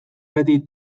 beti